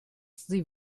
sie